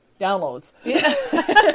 downloads